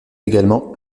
également